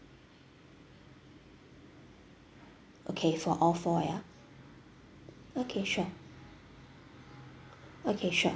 okay for all four ya okay sure okay sure